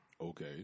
Okay